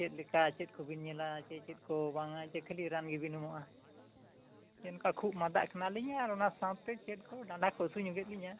ᱪᱮᱫ ᱞᱮᱠᱟ ᱪᱮᱫ ᱠᱚᱵᱤᱱ ᱧᱮᱞᱟ ᱥᱮ ᱪᱮᱫ ᱠᱚ ᱵᱟᱝᱟ ᱥᱮ ᱠᱷᱟᱹᱞᱤ ᱨᱟᱱ ᱜᱮᱵᱤᱱ ᱮᱢᱚᱜᱼᱟ ᱚᱱᱠᱟ ᱠᱷᱩᱜ ᱢᱟᱫᱟᱜ ᱠᱟᱱᱟ ᱞᱤᱧ ᱟᱨ ᱚᱱᱟ ᱥᱟᱶᱛᱮ ᱪᱮᱫ ᱠᱚ ᱰᱟᱱᱰᱟ ᱠᱚ ᱦᱟᱹᱥᱩ ᱧᱚᱜᱮᱜ ᱞᱤᱧᱟ